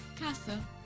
Casa